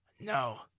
no